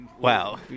Wow